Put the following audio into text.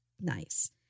nice